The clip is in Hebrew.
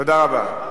תודה רבה.